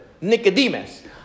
Nicodemus